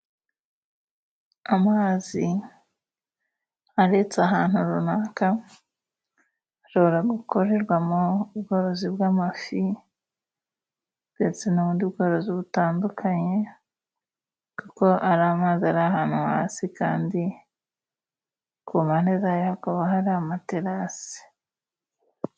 Amazi aretse ahantu runaka ashobora gukorerwamo ubworozi bw'amafi, ndetse n'ubundi bworozi butandukanye, kuko ari amazi ari ahantu hasi kandi ku mpande zayo hakaba hari amaterasi.